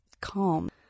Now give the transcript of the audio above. calm